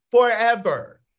forever